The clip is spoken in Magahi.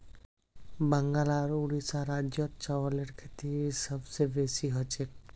बंगाल आर उड़ीसा राज्यत चावलेर खेती सबस बेसी हछेक